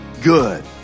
good